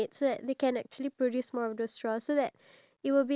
yes the price